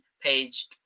Page